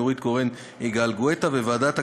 נורית קורן ויגאל גואטה בנושא: המאבק